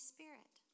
Spirit